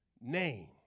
Name